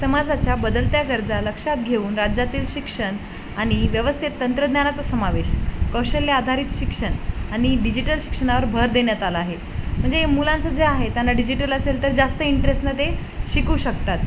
समाजाच्या बदलत्या गरजा लक्षात घेऊन राज्यातील शिक्षण आणि व्यवस्थेत तंत्रज्ञानाचा समावेश कौशल्य आधारित शिक्षण आणि डिजिटल शिक्षणावर भर देण्यात आला आहे म्हणजे मुलांचं जे आहे त्यांना डिजिटल असेल तर जास्त इंटरेस्टनं ते शिकू शकतात